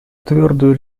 твердую